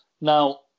Now